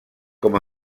com